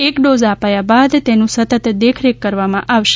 એક ડોઝ આપ્યા બાદ તેનું સતત દેખરેખ કરવામાં આવશે